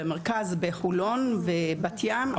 במרכז, בחולון ובת ים.